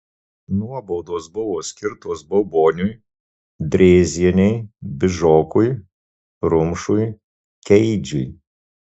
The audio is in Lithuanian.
nuobaudos buvo skirtos bauboniui drėzienei bižokui rumšui keidžui